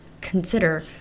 Consider